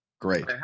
Great